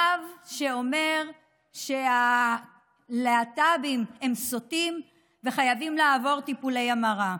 רב שאומר שהלהט"בים הם סוטים וחייבים לעבור טיפולי המרה,